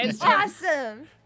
Awesome